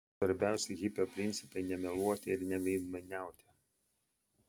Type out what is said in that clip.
svarbiausi hipio principai nemeluoti neveidmainiauti